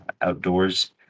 outdoors